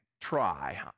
try